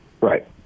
right